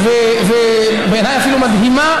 טובה, בעיניי אפילו מדהימה,